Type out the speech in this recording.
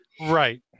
Right